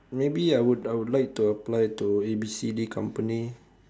maybe I would I would like to apply to A B C D company